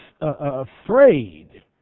afraid